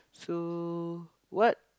so what